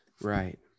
Right